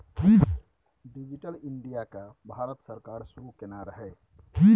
digital India केँ भारत सरकार शुरू केने रहय